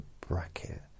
bracket